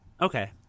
Okay